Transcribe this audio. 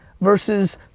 versus